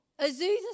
Azusa